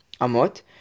amot